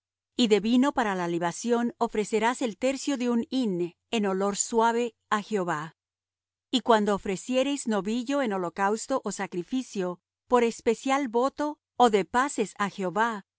y de vino para la libación ofrecerás el tercio de un hin en olor suave á jehová y cuando ofreciereis novillo en holocausto ó sacrificio por especial voto ó de paces á jehová